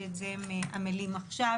שעל זה הם עמלים עכשיו.